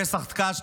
פסח טקץ',